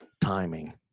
timing